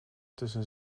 tussen